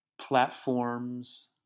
platforms